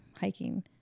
hiking